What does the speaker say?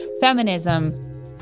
feminism